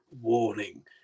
warning